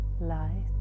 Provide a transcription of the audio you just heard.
light